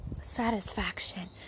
Satisfaction